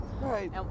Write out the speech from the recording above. Right